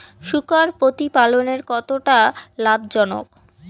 শূকর প্রতিপালনের কতটা লাভজনক?